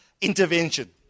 intervention